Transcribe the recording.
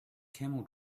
camel